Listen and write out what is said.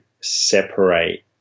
separate